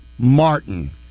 Martin